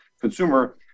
consumer